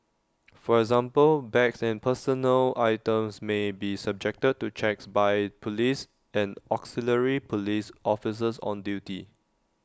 for example bags and personal items may be subjected to checks by Police and auxiliary Police officers on duty